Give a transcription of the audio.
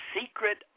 Secret